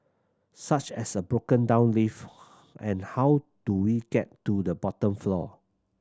such as a broken down lift and how do we get to the bottom floor